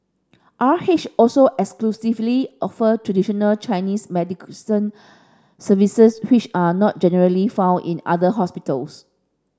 R Hesh also exclusively offer traditional Chinese services which are not generally found in other hospitals